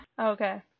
Okay